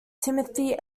timothy